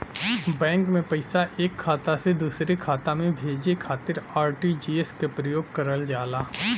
bank में पैसा एक खाता से दूसरे खाता में भेजे खातिर आर.टी.जी.एस क प्रयोग करल जाला